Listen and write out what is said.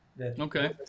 Okay